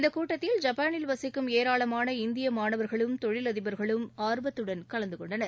இந்தக் கூட்டத்தில் ஐப்பாளில் வசிக்கும் ஏராளமான இந்திய மாணவர்களும் தொழிலதிபர்களும் ஆர்வத்துடன் கலந்து கொண்டனர்